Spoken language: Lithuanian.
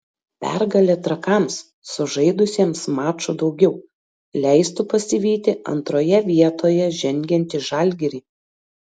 pergalė trakams sužaidusiems maču daugiau leistų pasivyti antroje vietoje žengiantį žalgirį